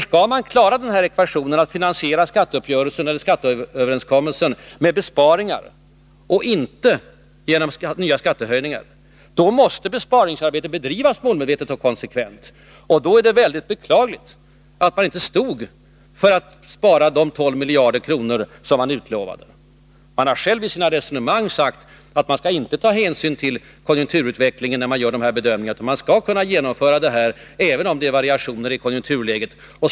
Skall man klara ekvationen att finansiera skatteöverenskommelsen med besparingar och inte genom nya skattehöjningar måste besparingsarbetet bedrivas målmedvetet och konsekvent. Och då är det beklagligt att regeringen inte höll fast vid att spara de 12 miljarder kronor som den utlovat. Och regeringen har ju själv deklarerat att den inte skall ta hänsyn till konjunkturutvecklingen när den gör de här bedömningarna, utan skall genomföra besparingsåtgärderna oberoende av variationer i konjunkturläget.